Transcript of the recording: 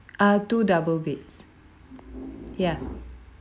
ah two double beds yeah